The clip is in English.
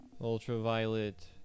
Ultraviolet